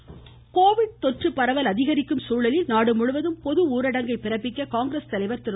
ராகுல் காந்தி கடிதம் கோவிட் தொற்று பரவல் அதிகரிக்கும் சூழலில் நாடுமுழுவதும் பொது ஊரடங்கை பிறப்பிக்க காங்கிரஸ் தலைவர் திரு